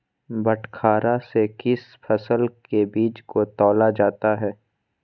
बटखरा से किस फसल के बीज को तौला जाता है?